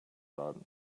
laden